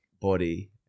body